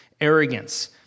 arrogance